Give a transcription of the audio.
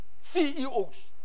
CEOs